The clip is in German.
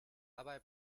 dabei